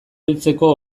heltzeko